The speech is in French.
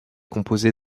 composé